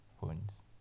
phones